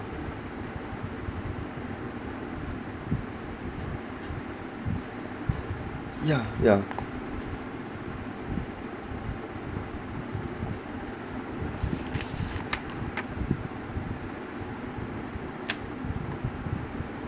yeah yeah